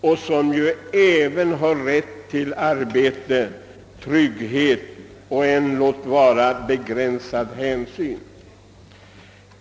Även de har ju rätt till arbete, trygghet och en låt vara begränsad hänsyn från samhället till sina behov.